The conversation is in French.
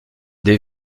des